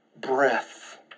breath